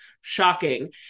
Shocking